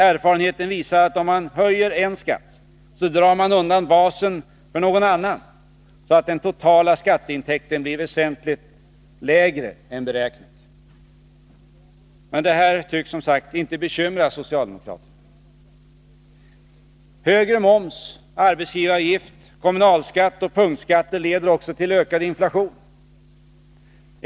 Erfarenheten visar att om man höjer en skatt drar man undan basen för någon annan, så att den totala skatteintäkten blir väsentligt lägre än beräknat. Men detta tycks, som sagt, inte bekymra socialdemokraterna. Högre moms, arbetsgivaravgift, kommunalskatt och punktskatter leder också till ökad inflation.